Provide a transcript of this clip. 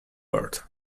world